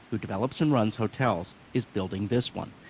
who develops and runs hotels, is building this one.